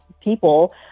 people